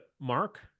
Mark